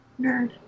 nerd